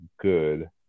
good